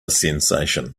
sensation